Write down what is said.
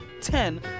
ten